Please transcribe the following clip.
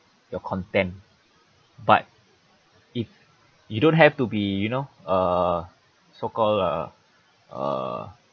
your content but if you don't have to be you know uh so called uh uh)